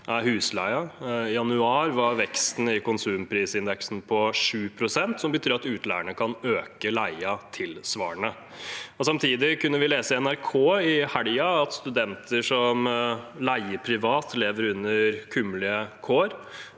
akkurat nå. I januar var veksten i konsumprisindeksen på 7 pst., som betyr at utleierne kan øke leien tilsvarende. Samtidig kunne vi lese på nrk.no i helgen at studenter som leier privat, lever under kummerlige kår.